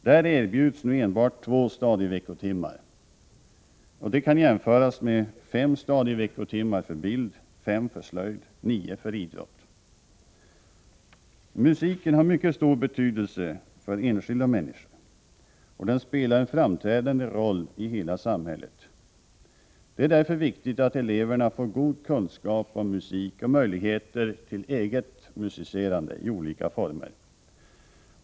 Där erbjuds nu enbart 2 stadieveckotimmar i ämnet. Det kan jämföras med 5 stadieveckotimmar för bild, 5 timmar för slöjd och 9 timmar för idrott. Musiken har mycket stor betydelse för enskilda människor, och den spelar en framträdande roll i hela samhället. Det är därför viktigt att eleverna får god kunskap om musik och möjligheter till eget musicerande i olika former.